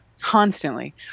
Constantly